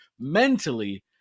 Mentally